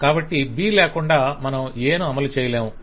కాబట్టి B లేకుండా మనం A ను అమలుచయలేము